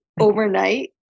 overnight